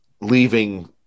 leaving